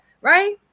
right